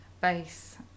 base